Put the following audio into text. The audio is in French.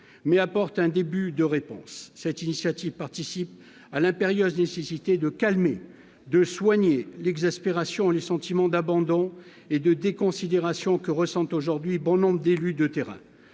mais apporte un début de réponse, cette initiative participe à l'impérieuse nécessité de calme et de soigner l'exaspération les sentiments d'abandon et de déconsidération que ressentent aujourd'hui bon nombre d'élus de terrain,